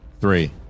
three